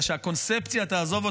הקונספציה הזאת,